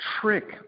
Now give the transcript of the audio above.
trick